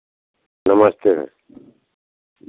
नमस्ते